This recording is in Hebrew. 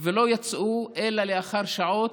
ולא יצאו אלא לאחר שעות,